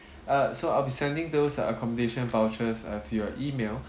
uh so I'll be sending those uh accommodation vouchers uh to your email